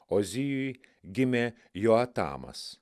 ozijui gimė joatamas